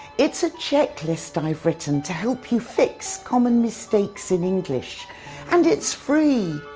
it's ah checklist i've written to help you fix common mistakes in english and it's free.